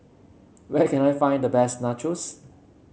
where can I find the best Nachos